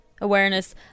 awareness